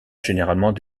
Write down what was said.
généralement